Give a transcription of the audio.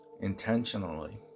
intentionally